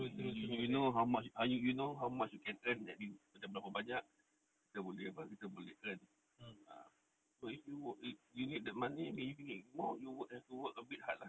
you you you you know how much are you you know how much you can earn macam berapa banyak kita boleh apa kita boleh earn ah so if you you need that money if you need more you work have to work a bit hard lah